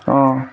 অঁ